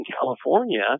California